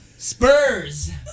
Spurs